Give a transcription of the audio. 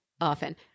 Often